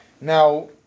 Now